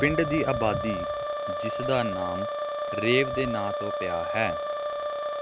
ਪਿੰਡ ਦੀ ਆਬਾਦੀ ਜਿਸ ਦਾ ਨਾਮ ਰੇਵ ਦੇ ਨਾਮ ਤੋਂ ਪਿਆ ਹੈ